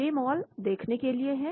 जे mall देखने के लिए है